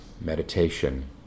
meditation